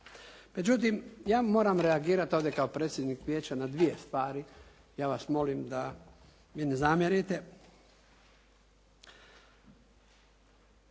Međutim, ja moram reagirati ovdje kao predsjednik vijeća na dvije stvari, ja vas molim da mi ne zamjerite.